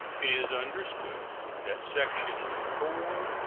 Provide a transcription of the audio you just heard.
it is understood that sections four,